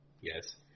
Yes